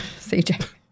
CJ